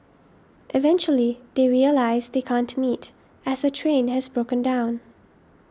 eventually they realise they can't meet as her train has broken down